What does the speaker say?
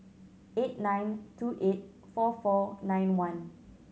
eight nine two eight four four nine one